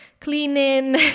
cleaning